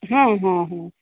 ହଁ ହଁ ହଁ